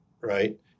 right